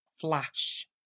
Flash